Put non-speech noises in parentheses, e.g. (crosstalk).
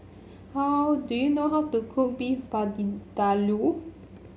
how do you know how to cook Beef (unintelligible)